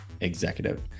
executive